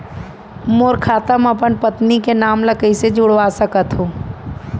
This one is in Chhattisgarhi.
मोर खाता म अपन पत्नी के नाम ल कैसे जुड़वा सकत हो?